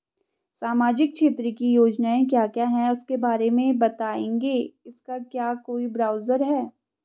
सामाजिक क्षेत्र की योजनाएँ क्या क्या हैं उसके बारे में बताएँगे इसका क्या कोई ब्राउज़र है?